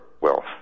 wealth